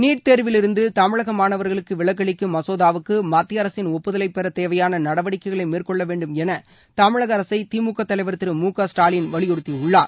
NEET தேர்விலிருந்து தமிழக மாணவர்களுக்கு விலக்களிக்கும் மசோதாவுக்கு மத்திய அரசின் ஒப்புதலைப்பெற தேவையான நடவடிக்கைகளை மேற்கொள்ள வேண்டும் என தமிழக அரசை திமுக தலைவர் திரு மு க ஸ்டாலின் வலியுறுத்தியுள்ளார்